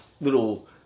little